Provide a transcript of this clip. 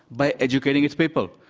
by educating its people.